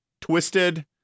twisted